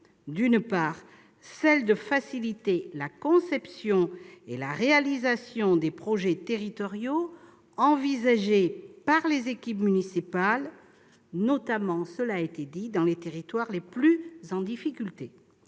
d'une part, faciliter la conception et la réalisation des projets territoriaux envisagés par les équipes municipales, notamment dans les territoires les plus en difficulté